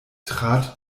trat